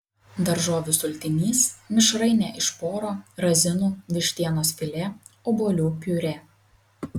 daržovių sultinys mišrainė iš poro razinų vištienos filė obuolių piurė